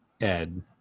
ed